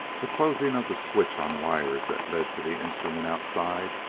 a closing of the switch on wires that led to the instrument outside,